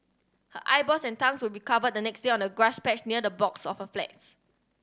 her eyeballs and tongues will be covered the next day on a grass patch near the blocks of a flats